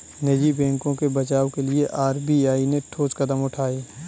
निजी बैंकों के बचाव के लिए आर.बी.आई ने ठोस कदम उठाए